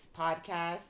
podcast